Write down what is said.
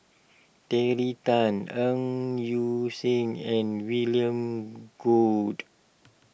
Terry Tan Ng Yi Sheng and William Goode